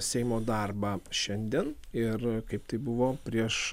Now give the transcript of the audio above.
seimo darbą šiandien ir kaip tai buvo prieš